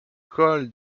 col